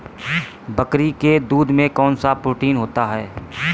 बकरी के दूध में कौनसा प्रोटीन होता है?